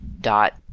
dot